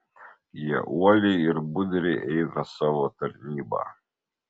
jie uoliai ir budriai eina savo tarnybą